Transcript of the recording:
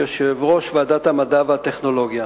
יושב-ראש ועדת המדע והטכנולוגיה.